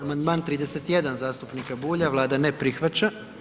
Amandman 31. zastupnika Bulja, Vlada ne prihvaća.